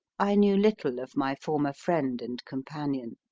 i knew little of my former friend and companion.